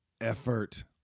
effort